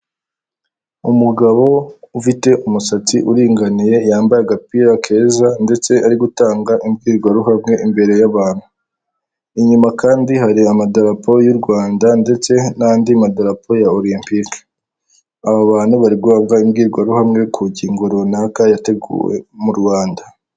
Umugabo ufite umusatsi uringaniye, yambaye agapira keza ndetse ari gutanga imbwirwaruhame imbere y'abantu, inyuma kandi hari amadarapo y'u Rwanda ndetse n'andi madarapo ya orempike, aba bantu bari guhabwa imbwirwaruhame ku ngingo runaka yateguwe mu Rwanda.